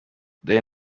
danny